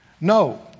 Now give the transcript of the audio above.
No